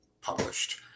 published